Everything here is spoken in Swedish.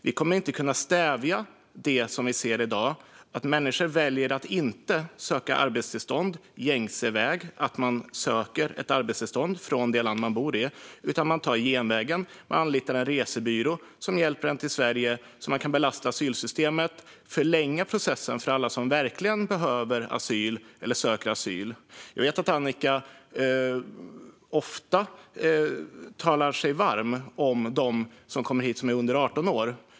Vi kommer inte att kunna stävja det som vi ser i dag, att människor väljer att inte söka arbetstillstånd gängse väg, alltså att de söker ett arbetstillstånd från det land de bor i, utan tar genvägen och anlitar en resebyrå som hjälper dem till Sverige så att de kan belasta asylsystemet och förlänga processen för alla som verkligen behöver asyl och söker asyl. Jag vet att Annika Hirvonen ofta talar sig varm för dem som kommer hit och som är under 18 år.